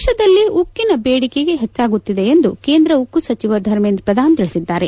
ದೇಶದಲ್ಲಿ ಉಕ್ಕಿಗೆ ಬೇಡಿಕೆ ಹೆಚ್ಚಾಗುತ್ತಿದೆ ಎಂದು ಕೇಂದ್ರ ಉಕ್ಕು ಸಚಿವ ಧರ್ಮೆಂದ್ರ ಪ್ರದಾನ್ ತಿಳಿಸಿದ್ದಾರೆ